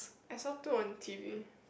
I saw two on t_v